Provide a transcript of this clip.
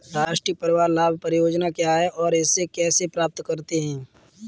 राष्ट्रीय परिवार लाभ परियोजना क्या है और इसे कैसे प्राप्त करते हैं?